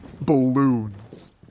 Balloons